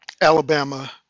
Alabama